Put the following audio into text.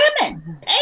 women